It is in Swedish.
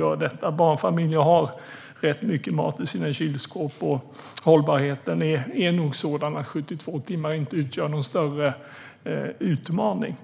De flesta barnfamiljer har rätt mycket mat i sina kylskåp, och hållbarheten är nog sådan att 72 timmar inte utgör någon större utmaning.